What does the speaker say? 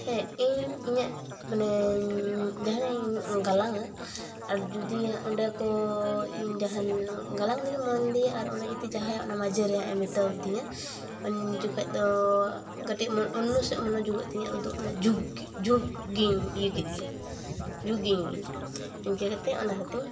ᱦᱮᱸ ᱤᱧ ᱤᱧᱟᱹᱜ ᱢᱟᱱᱮ ᱡᱟᱦᱟᱱᱟᱜ ᱤᱧ ᱜᱟᱞᱟᱝᱼᱟ ᱟᱨ ᱡᱩᱫᱤ ᱦᱟᱸᱜ ᱚᱸᱰᱮ ᱠᱚᱻ ᱤᱧ ᱡᱟᱦᱟᱧ ᱜᱟᱞᱟᱝ ᱞᱟᱹᱜᱤᱫ ᱢᱚᱱ ᱫᱤᱭᱮ ᱟᱨ ᱚᱸᱰᱮ ᱡᱩᱫᱤ ᱡᱟᱦᱟᱭᱟᱜ ᱚᱱᱟ ᱢᱟᱡᱷᱮᱨᱮ ᱦᱟᱸᱜ ᱮ ᱢᱮᱛᱟ ᱫᱤᱧᱟᱹ ᱩᱱ ᱡᱚᱠᱷᱟᱱ ᱫᱚ ᱠᱟᱹᱴᱤᱡ ᱚᱱᱱᱚ ᱥᱮᱫ ᱢᱚᱱᱚᱡᱳᱜᱚᱜ ᱛᱤᱧᱟᱹ ᱟᱫᱚ ᱚᱱᱟ ᱡᱷᱩᱠ ᱡᱷᱩᱠᱜᱮᱧ ᱤᱭᱟᱹ ᱠᱮᱫ ᱜᱮ ᱡᱷᱩᱠᱤᱱᱜᱤᱧ ᱤᱱᱠᱟᱹ ᱠᱟᱛᱮᱫ ᱚᱱᱟ ᱠᱟᱛᱤᱧ